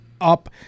up